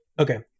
Okay